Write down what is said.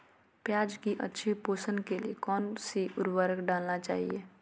प्याज की अच्छी पोषण के लिए कौन सी उर्वरक डालना चाइए?